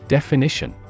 Definition